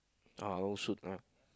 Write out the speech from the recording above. uh whole suit ah